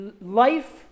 life